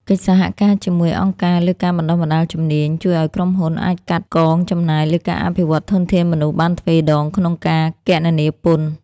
កិច្ចសហការជាមួយអង្គការលើការបណ្ដុះបណ្ដាលជំនាញ ជួយឱ្យក្រុមហ៊ុនអាចកាត់កងចំណាយលើការអភិវឌ្ឍធនធានមនុស្សបានទ្វេដងក្នុងការគណនាពន្ធ។